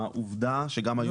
העובדה שגם היום,